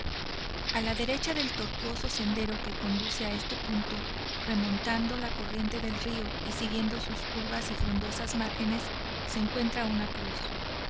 a la derecha del tortuoso sendero que conduce a este punto remontando la corriente del río y siguiendo sus curvas y frondosas márgenes se encuentra una cruz